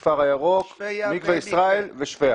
הכפר הירוק, מקווה ישראל ושפיה.